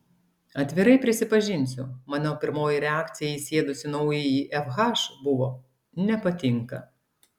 atvirai prisipažinsiu mano pirmoji reakcija įsėdus į naująjį fh buvo nepatinka